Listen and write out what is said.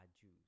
Jews